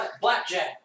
Blackjack